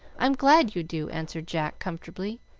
i'm glad you do, answered jack, comfortably,